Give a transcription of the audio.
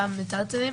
(מכלי גמ"פ מיטלטלים),